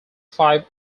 five